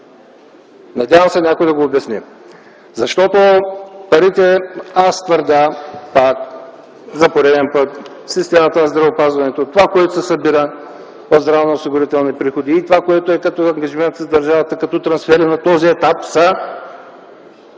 Надявам се някой да го обясни. За пореден път твърдя, че парите в системата на здравеопазването, това, което се събира от здравноосигурителни приходи и това, което е като ангажимент на държавата като трансфери на този етап, са